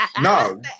No